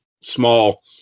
small